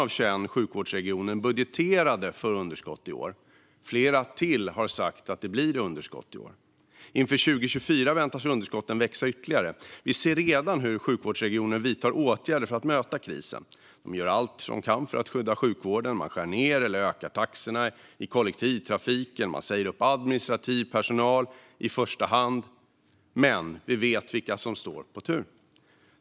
Av 21 sjukvårdsregioner budgeterade 17 för underskott i år, och flera till har sagt att det blir underskott i år. Inför 2024 väntas underskotten växa ytterligare, och vi ser redan hur sjukvårdsregioner vidtar åtgärder för att möta krisen. De gör allt de kan för att skydda sjukvården. De skär ned eller ökar taxorna i kollektivtrafiken. I första hand sägs administrativ personal upp, men vi vet vilka som står på tur.